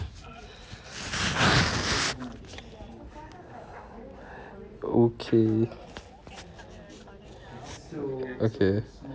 okay okay